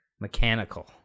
mechanical